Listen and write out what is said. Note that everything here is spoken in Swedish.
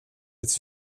ett